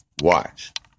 Watch